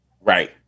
Right